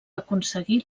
aconseguir